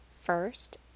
first